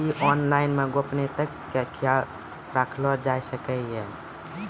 क्या ऑनलाइन मे गोपनियता के खयाल राखल जाय सकै ये?